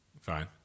fine